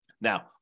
Now